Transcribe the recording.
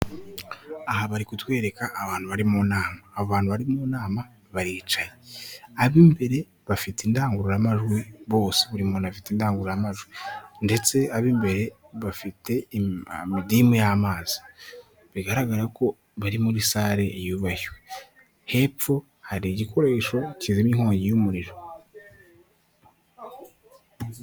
Aha bari kutwereka abantu bari mu nama, abo bantu bari mu nama baricaye ab'imbere bafite indangururamajwi bose buri muntu afite indangurumajwi ndetse ab'imbere bafite imidimu y'amazi bigaragara ko bari muri sale yubashywe, hepfo hari igikoresho kizira inkongi y'umuriro.